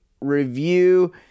review